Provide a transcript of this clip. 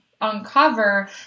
uncover